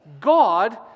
God